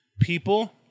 People